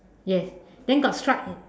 yes then got stripe in